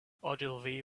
ogilvy